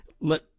Let